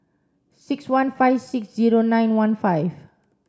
six one five six zero nine one five